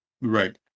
Right